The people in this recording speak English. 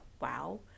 wow